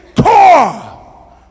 core